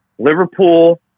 Liverpool